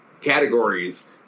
categories